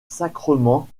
sacrements